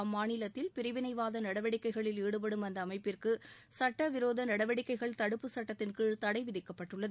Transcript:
அம்மாநிலத்தில் பிரிவினைவாத நடவடிக்கைகளில் ஈடுபடும் அந்த அமைப்பிற்கு சட்டவிரோத நடவடிக்கைகள் தடுப்புச்சட்டத்தின்கீழ் தடை விதிக்கப்பட்டுள்ளது